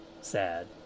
sad